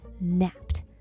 napped